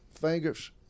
fingers